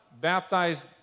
baptized